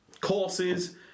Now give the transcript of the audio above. courses